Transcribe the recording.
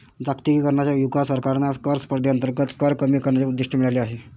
जागतिकीकरणाच्या युगात सरकारांना कर स्पर्धेअंतर्गत कर कमी करण्याचे उद्दिष्ट मिळाले आहे